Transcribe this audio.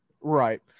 Right